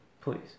please